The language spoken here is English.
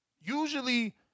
Usually